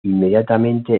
inmediatamente